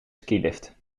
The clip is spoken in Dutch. skilift